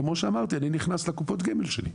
כמו שאמרתי, אני נכנס לקופות הגמל שלי,